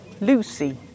Lucy